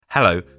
Hello